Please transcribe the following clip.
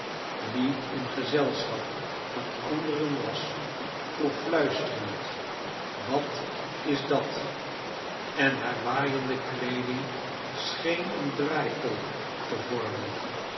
wie in gezelschap van anderen was vroeg fluisterend wat is dat en haar waaiende klee j ding soheen een draaikolk te vor